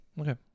Okay